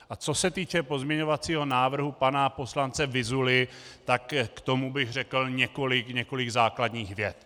A co se týče pozměňovacího návrhu pana poslance Vyzuly, tak k tomu bych řekl několik základních vět.